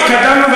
התקדמנו.